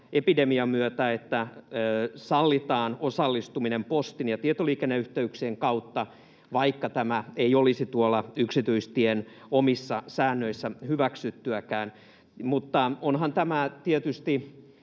‑epidemian myötä, että sallitaan osallistuminen postin ja tietoliikenneyhteyksien kautta, vaikka tämä ei olisikaan yksityistien omissa säännöissä hyväksyttyä. Mutta voisi